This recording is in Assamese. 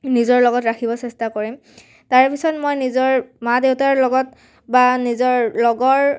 নিজৰ লগত ৰাখিব চেষ্টা কৰিম তাৰপিছত মই নিজৰ মা দেউতাৰ লগত বা নিজৰ লগৰ